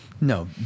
No